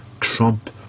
Trump